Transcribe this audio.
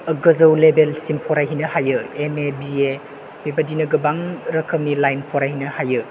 गोजौ लेबेलसिम फरायहैनो हायो एम ए बि ए बेबायदिनो गोबां रोखोमनि लाइन फरायहैनो हायो